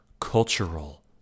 cultural